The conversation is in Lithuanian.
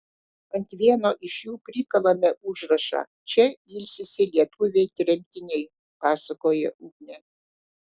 ant vieno iš jų prikalame užrašą čia ilsisi lietuviai tremtiniai pasakoja ugnė